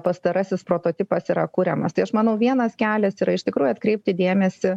pastarasis prototipas yra kuriamas tai aš manau vienas kelias yra iš tikrųjų atkreipti dėmesį